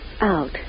Out